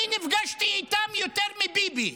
אני נפגשתי איתם יותר מביבי.